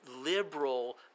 liberal